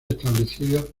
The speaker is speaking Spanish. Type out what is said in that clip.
establecido